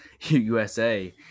usa